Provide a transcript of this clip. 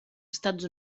estats